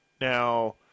Now